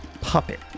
puppet